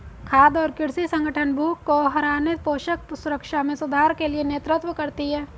खाद्य और कृषि संगठन भूख को हराने पोषण सुरक्षा में सुधार के लिए नेतृत्व करती है